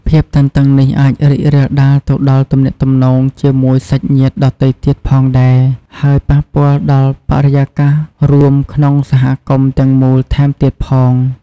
ភាពតានតឹងនេះអាចរីករាលដាលទៅដល់ទំនាក់ទំនងជាមួយសាច់ញាតិដទៃទៀតផងដែរ ហើយប៉ះពាល់ដល់បរិយាកាសរួមក្នុងសហគមន៍ទាំងមូលថែមទៀតផង។